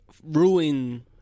ruin